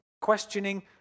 questioning